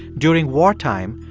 during wartime,